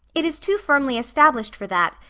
it is too firmly established for that,